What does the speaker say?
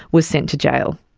was sent to jail.